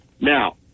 Now